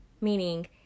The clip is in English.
meaning